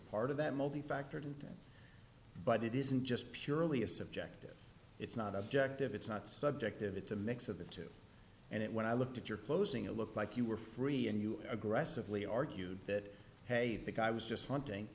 of that may be factored into but it isn't just purely a subjective it's not objective it's not subjective it's a mix of the two and it when i looked at your closing it looked like you were free and you aggressively argued that hey the guy was just wanting